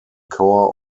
core